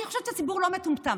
אני חושבת שהציבור לא מטומטם,